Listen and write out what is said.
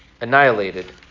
annihilated